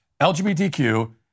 LGBTQ